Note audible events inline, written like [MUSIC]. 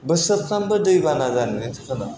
बोसोरफ्रोमबो दै बाना जानायनि [UNINTELLIGIBLE]